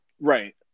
Right